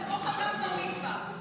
זה כמו חתן בר-מצווה.